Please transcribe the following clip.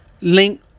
link